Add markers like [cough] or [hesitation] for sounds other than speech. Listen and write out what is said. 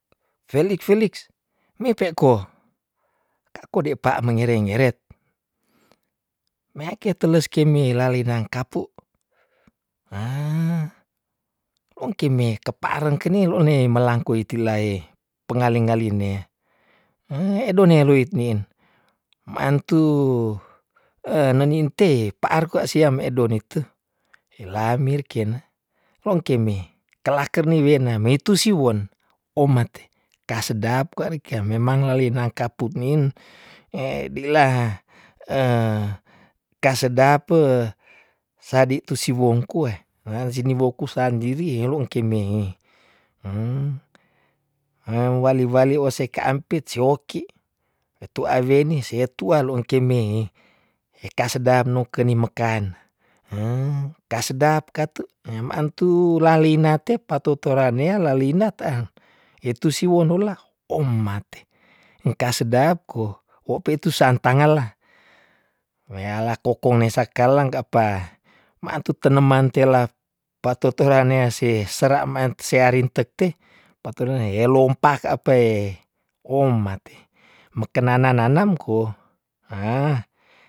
Felik- felikx meupeko kako de pa mengere- ngeret meake teles ke mi lalinang kapu, "hah" ongkime kepa aren kene lo ne melangkui tilae pengali- ngaline "heh" edo neolitnin maantu [hesitation] nenintei paar kwa siam edo nite hilamir kena, rongkime kelaken niwena meitu siwon omate kasedap kwa reken memang lalinang kapumin [hesitation] dilaha [hesitation] kasedape sadi tusiwongkue esini woku sandirie long kimehe "heh" wali wali ose kaampit sioki wetu aweni setua long kimehe he ka sedap no keni mekan "heh" ka sedap katu ne maantu lalinate pato toranea lalina teang itu siwon dola omate engka sedap ko wo pe tu santangala weala kokong nesakalang apa maantu teneman tela patoto lanease sera man searin tekte pato torane elompak apae omate meke nana- nanam ko "hah".